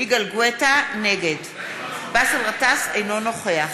נגד באסל גטאס, אינו נוכח